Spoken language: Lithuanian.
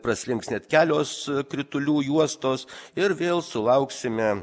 praslinks net kelios kritulių juostos ir vėl sulauksime